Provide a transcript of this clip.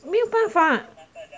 没有办法